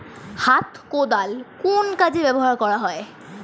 হাত কোদাল কোন কাজে ব্যবহার করা হয়?